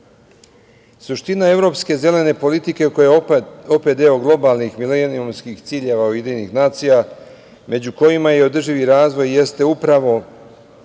sveta. Suština evropske zelene politike, koja je opet deo globalnih milenijumskih ciljeva Ujedinjenih nacija, među kojima je održivi razvoj, jeste upravo